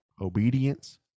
obedience